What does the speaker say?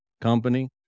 company